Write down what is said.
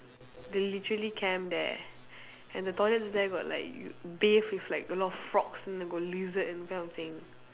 they literally camp there and the toilet's there got like bathe with like a lot of frogs and then got lizard and that kind of thing